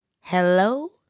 Hello